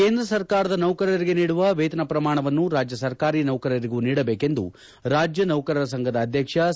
ಕೇಂದ್ರ ಸರ್ಕಾರದ ನೌಕರರಿಗೆ ನೀಡುವ ವೇತನ ಪ್ರಮಾಣವನ್ನು ರಾಜ್ಯ ಸರ್ಕಾರಿ ನೌಕರರಿಗೂ ನೀಡಬೇಕೆಂದು ರಾಜ್ಯ ನೌಕರರ ಸಂಘದ ಅಧ್ಯಕ್ಷ ಸಿ